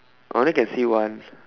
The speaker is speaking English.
I only can see one